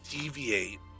deviate